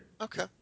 Okay